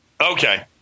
Okay